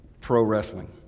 pro-wrestling